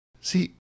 See